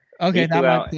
Okay